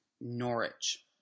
Norwich